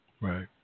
Right